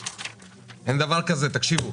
תקשיבו,